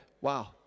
Wow